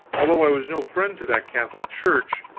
although i was no friend to that catholic church,